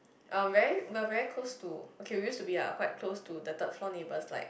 um very we are very close to okay we used to be lah quite close to the third floor neighbours like